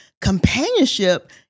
Companionship